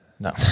No